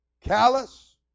Callous